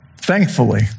Thankfully